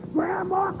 Grandma